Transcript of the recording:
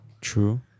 True